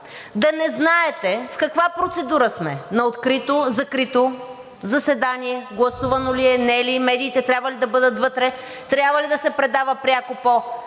да не знаете в каква процедура сме – на открито, на закрито заседание, гласувано ли е, не е ли, медиите трябва ли да бъдат вътре, трябва ли да се предава пряко по